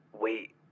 Wait